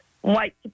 white